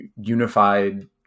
unified